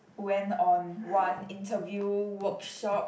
went on one interview workshop